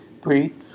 breed